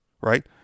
right